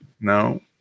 no